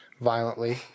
violently